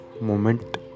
moment